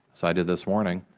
as i did this morning,